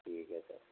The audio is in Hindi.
ठीक है सर